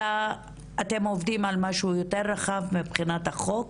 אלא אתם עובדים על משהו יותר רחב מבחינת החוק,